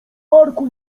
parku